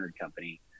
company